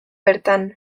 bertan